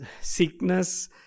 sickness